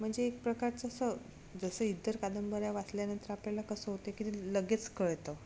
म्हणजे एक प्रकारचं असं जसं इतर कादंबऱ्या वाचल्यानंतर आपल्याला कसं होतं की ते लगेच कळतं